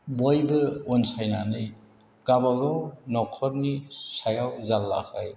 बयबो अनसायनानै गावबा गाव न'खरनि सायाव जारलाखाय